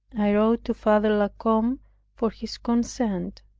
i wrote to father la combe for his consent.